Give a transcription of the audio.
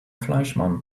fleischmann